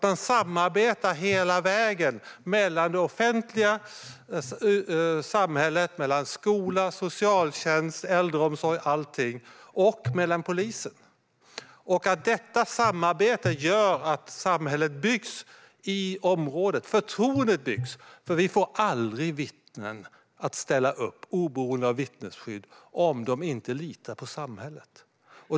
Man samarbetar hela vägen mellan det offentliga samhället - skola, socialtjänst och äldreomsorg - och polisen. Detta samarbete gör att förtroende byggs i området, för vi får aldrig vittnen att ställa upp, oberoende av vittnesskydd, om de inte litar på samhället.